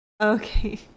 okay